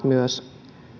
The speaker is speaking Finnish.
myös lakina